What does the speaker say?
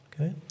okay